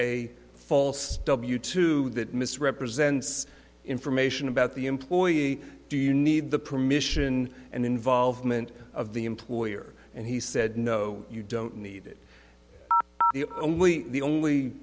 a false w two that misrepresents information about the employee do you need the permission and involvement of the employer and he said no you don't need it the only the only